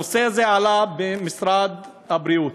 הנושא הזה עלה במשרד הבריאות,